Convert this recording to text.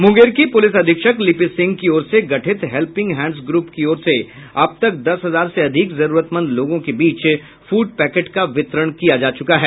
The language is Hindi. मुंगेर की पुलिस अधीक्षक लीपी सिंह की ओर से गठित हेल्पिंग हैन्ड्स ग्रूप की ओर से अब तक दस हजार से अधिक जरूरतमंद लोगों के बीच फूड पैकेट का वितरण किया जा चुका है